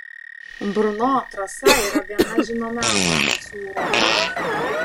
brno trasa yra viena žinomiausių trasų europoje